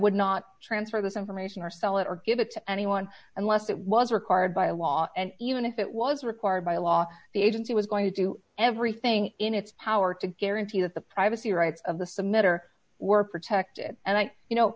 would not transfer this information or sell it or give it to anyone unless it was required by law and even if it was required by law the agency was going to do everything in its power to guarantee that the privacy rights of the scimitar were protected and i you know